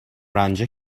رنجه